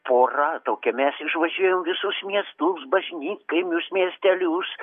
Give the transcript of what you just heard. pora tokia mes išvažinėjom visus miestus bažnytkaimius miestelius